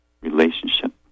relationship